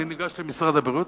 אני ניגש למשרד הבריאות,